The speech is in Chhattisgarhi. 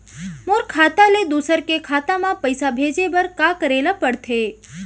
मोर खाता ले दूसर के खाता म पइसा भेजे बर का करेल पढ़थे?